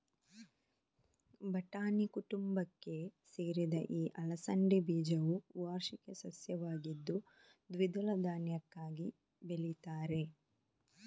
ಬಟಾಣಿ ಕುಟುಂಬಕ್ಕೆ ಸೇರಿದ ಈ ಅಲಸಂಡೆ ಬೀಜವು ವಾರ್ಷಿಕ ಸಸ್ಯವಾಗಿದ್ದು ದ್ವಿದಳ ಧಾನ್ಯಕ್ಕಾಗಿ ಬೆಳೀತಾರೆ